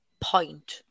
point